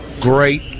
great